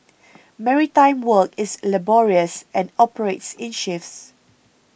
maritime work is laborious and operates in shifts